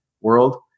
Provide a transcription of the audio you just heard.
world